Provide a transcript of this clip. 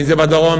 אם בדרום,